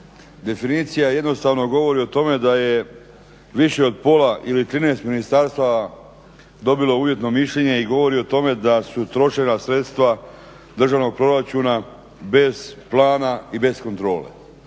Definicija jednostavno govori o tome da je više od pola ili 13 ministarstava dobilo uvjetno mišljenje i govorio o tome da su utrošena sredstva državnog proračuna bez plana i bez kontrole.